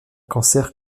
cancer